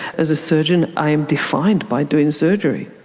as a surgeon i am defined by doing surgery.